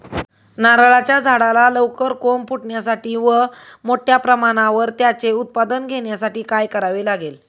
नारळाच्या झाडाला लवकर कोंब फुटण्यासाठी व मोठ्या प्रमाणावर त्याचे उत्पादन घेण्यासाठी काय करावे लागेल?